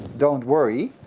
don't worry,